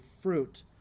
fruit